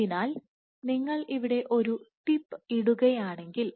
അതിനാൽ നിങ്ങൾ ഇവിടെ ഒരു ടിപ്പ് ഇടുകയാണെങ്കിൽ